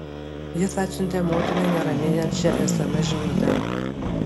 jis atsiuntė motinai neraminančią sms žinutę